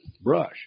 brush